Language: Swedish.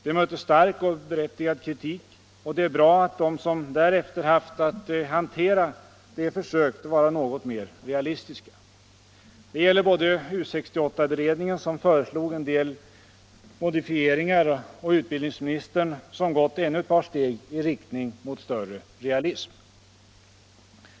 Det mötte stark och berättigad kritik, och det är bra att de som därefter haft att hantera förslaget försökt vara något mer realistiska. Det gäller både U 68-beredningen, som föreslog en del modifieringar, och utbildningsministern som gått ännu ett par steg i riktning mot större realism.